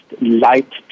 light